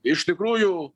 iš tikrųjų